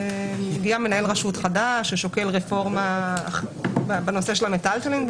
הגיע מנהל רשות חדש ששוקל רפורמה בנושא של המטלטלין.